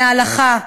מההלכה והמקרא,